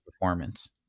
performance